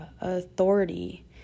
authority